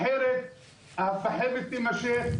אחרת הסחבת תימשך,